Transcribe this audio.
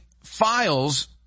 files